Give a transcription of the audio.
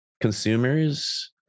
consumers